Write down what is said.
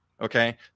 Okay